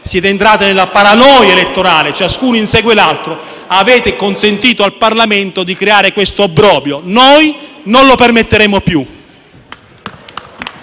siete entrati nella paranoia elettorale per cui ciascuno insegue l'altro - avete consentito al Parlamento di creare questo obbrobrio. Noi non lo permetteremo più.